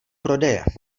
prodeje